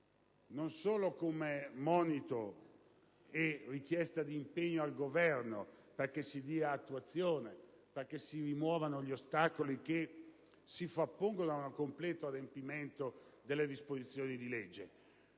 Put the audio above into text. non solo come monito e richiesta di impegno al Governo perché si rimuovano gli ostacoli che si frappongono al completo adempimento delle disposizioni di legge,